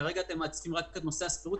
כרגע העליתם רק את נושא השכירות,